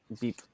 beep